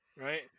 right